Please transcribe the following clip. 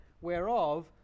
whereof